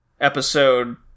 episode